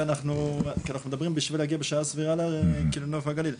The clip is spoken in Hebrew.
ואנחנו מדברים בשביל להגיע בשעה סבירה לנוף הגליל.